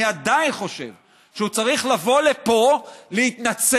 אני עדיין חושב שהוא צריך לבוא לפה להתנצל,